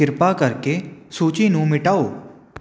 ਕਿਰਪਾ ਕਰਕੇ ਸੂਚੀ ਨੂੰ ਮਿਟਾਓ